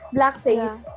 Blackface